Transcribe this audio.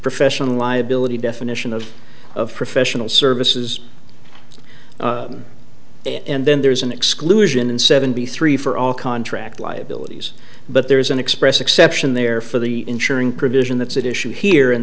professional liability definition of of professional services and then there is an exclusion in seventy three for all contract liabilities but there is an express exception there for the insuring provision that's at issue here and